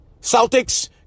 Celtics